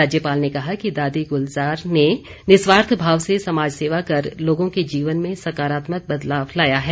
राज्यपाल ने कहा कि दादी गुलजार ने निस्वार्थ भाव से समाज सेवा कर लोगों के जीवन में सकारात्मक बदलाव लाया है